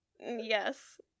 Yes